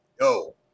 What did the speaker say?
Yo